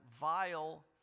vile